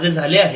माझे झाले आहे